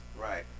Right